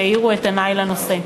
שהאירו את עיני לנושא.